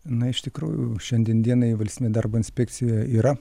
na iš tikrųjų šiandien dienai valstybinė darbo inspekcija yra